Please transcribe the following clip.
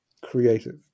creative